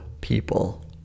people